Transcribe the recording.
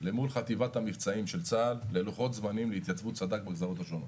למול חטיבת המבצעים של צה"ל ללוחות זמנים להתייצבות סד"כ בגזרות השונות.